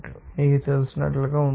మీకు తెలిసినట్లుగా ఉంటుంది